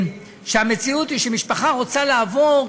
שמשפחה רוצה לעבור,